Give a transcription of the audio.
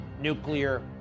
nuclear